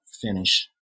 finish